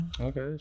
okay